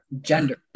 gender